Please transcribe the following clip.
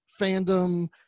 fandom